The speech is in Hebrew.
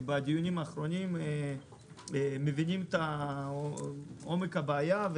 בדיונים האחרונים בממשלה אנחנו מבינים את עומק הבעיה.